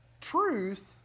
Truth